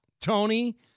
Tony